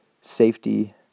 safety